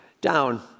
down